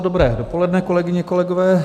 Dobré dopoledne, kolegyně, kolegové.